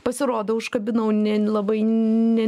pasirodo užkabinau ne labai ne